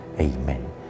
Amen